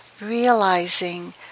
realizing